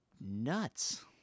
nuts